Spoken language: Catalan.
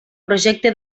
projecte